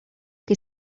que